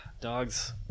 Dogs